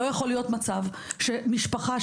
לא יכול להיות מצב שבו משפחה,